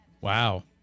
Wow